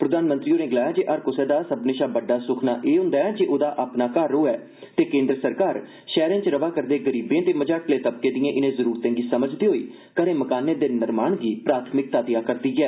प्रधानमंत्री होरें गलाया जे हर कुसै दा सब्मनें शा बड्डा सुक्खना एह हुंदा ऐ जे ओह्दा अपना घर होऐ ते केन्द्र सरकार शैहरें च रवा करदे गरीबें ते मझाटले तबके दिए इनें जरूरतें गी समझदे होई मकानें दे निर्माण गी प्राथमिकता देआ रदी ऐ